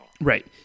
Right